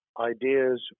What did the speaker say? ideas